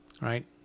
Right